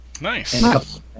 Nice